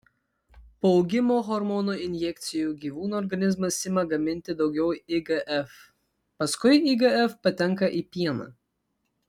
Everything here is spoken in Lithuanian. po augimo hormono injekcijų gyvūnų organizmas ima gaminti daugiau igf paskui igf patenka į pieną